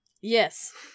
Yes